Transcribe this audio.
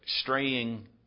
straying